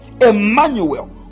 emmanuel